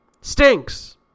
stinks